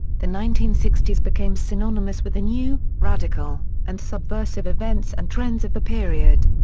the nineteen sixty s became synonymous with the new, radical, and subversive events and trends of the period.